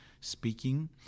speaking